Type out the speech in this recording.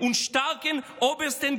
דברים בגרמנית).